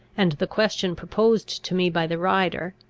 and the question proposed to me by the rider,